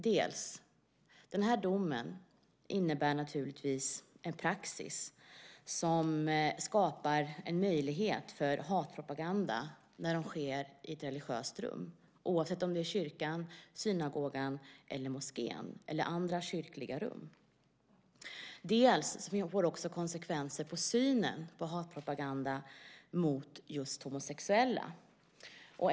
Den här domen innebär naturligtvis en praxis som skapar möjlighet för hatpropaganda när den sker i ett religiöst rum, oavsett om det är i kyrkan, synagogan, moskén eller andra kyrkliga rum. Det får också konsekvenser på synen på hatpropaganda mot just homosexuella.